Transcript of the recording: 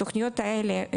התוכניות האלה,